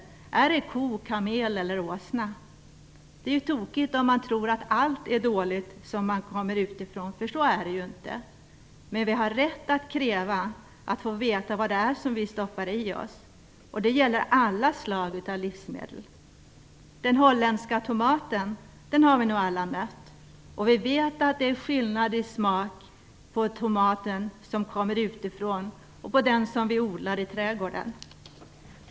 Är det ko, kamel eller åsna? Det är tokigt om man tror att allt som kommer utifrån är dåligt, för så är det ju inte. Men vi har rätt att kräva att få veta vad det är som vi stoppar i oss. Det gäller alla slag av livsmedel. Vi har nog alla mött den holländska tomaten. Vi vet att det är skillnad i smak på tomaten som kommer utifrån och på den som vi odlar i trädgården.